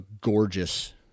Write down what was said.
gorgeous